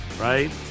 right